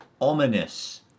Ominous